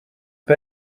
pas